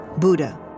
Buddha